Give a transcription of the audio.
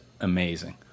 amazing